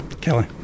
Kelly